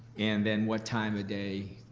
and then, what time of day,